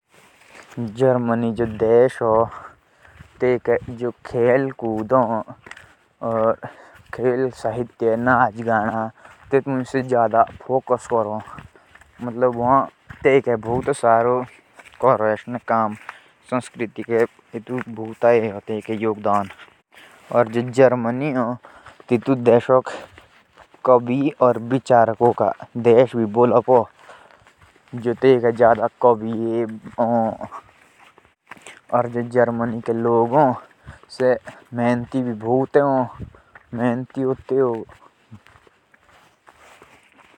जर्मनी जो देश है वहां भी नाच गाना बहुत ज्यादा है। और उस देश को विचारकों का देश मानते हैं।